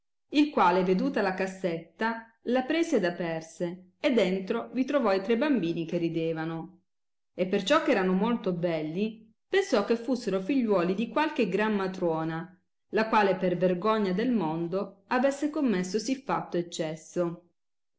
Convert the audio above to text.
il quale veduta la cassetta la prese ed aperse e dentro vi trovò i tre bambini che ridevano e perciò che erano molto belli pensò che fussero figliuoli di qualche gran matrona la quale per vergogna del mondo avesse commesso sì fatto eccesso